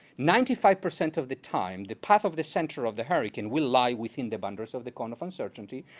ninety five percent of the time the path of the center of the hurricane will lie within the boundaries of the cone of uncertainty.